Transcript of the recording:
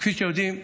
כפי שיודעים,